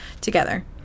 together